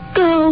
go